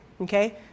okay